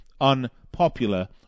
unpopular